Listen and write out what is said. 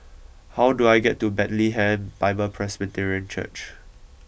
how do I get to Bethlehem Bible Presbyterian Church